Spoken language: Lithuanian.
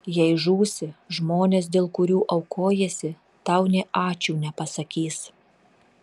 jei žūsi žmonės dėl kurių aukojiesi tau nė ačiū nepasakys